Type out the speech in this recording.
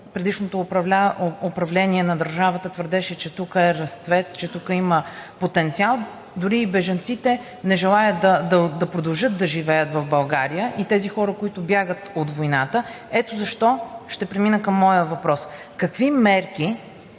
предишното управление на държавата твърдеше, че тук е разцвет, че тук има потенциал. Дори и бежанците не желаят да продължат да живеят в България, и тези хора, които бягат от войната. Ето защо ще премина към моя въпрос. Какви мерки